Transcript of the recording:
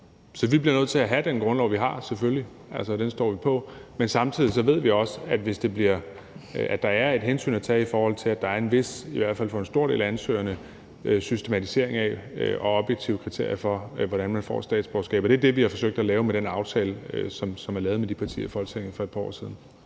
selvfølgelig nødt til at have den grundlov, vi har, og den står vi på. Men samtidig ved vi også, at der er et hensyn at tage, i forhold til at der i hvert fald for en stor del af ansøgerne er en vis systematisering af og objektive kriterier for, hvordan man får et statsborgerskab. Og det er det, som vi har forsøgt at lave med den aftale, som er lavet med partierne i Folketinget